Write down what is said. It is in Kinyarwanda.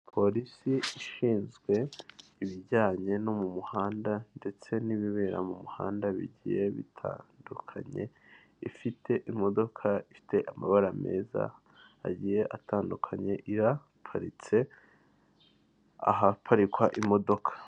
Polisi ishinzwe ibijyanye no mu muhanda ndetse n'ibibera mu muhanda bigiye bitandukanye, ifite imodoka ifite amabara meza agiye atandukanye iraparitse ahaparikwa imodoka.